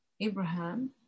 Abraham